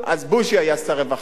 בוז'י היה שר הרווחה,